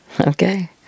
Okay